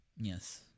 Yes